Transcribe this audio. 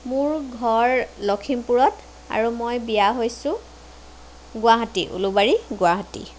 মোৰ ঘৰ লখিমপুৰত আৰু মই বিয়া হৈছো গুৱাহাটী উলুবাৰী গুৱাহাটী